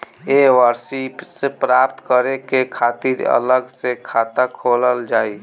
ये सर्विस प्राप्त करे के खातिर अलग से खाता खोलल जाइ?